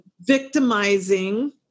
victimizing